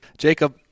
Jacob